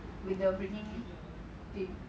with the freaking thing